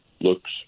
looks